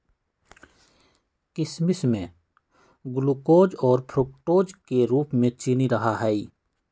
किशमिश में ग्लूकोज और फ्रुक्टोज के रूप में चीनी रहा हई